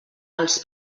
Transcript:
els